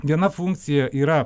viena funkcija yra